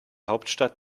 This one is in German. hauptstadt